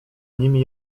nimi